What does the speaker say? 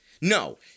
No